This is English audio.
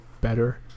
better